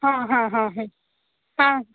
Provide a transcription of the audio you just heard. ಹಾಂ ಹಾಂ ಹಾಂ ಹ್ಞೂ ಹಾಂ